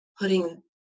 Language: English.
putting